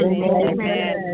Amen